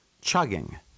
chugging